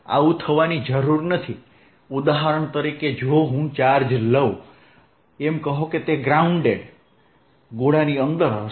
આવું થવાની જરૂર નથી ઉદાહરણ તરીકે જો હું ચાર્જ લઉં એમ કહો કે તે ગ્રાઉન્ડેડ ગોળાની અંદર હશે